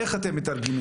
איך אתם מתרגמים?